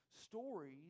stories